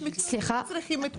יש מקצועות שלא צריכים את מלוא הסכום.